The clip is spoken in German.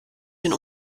den